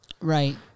right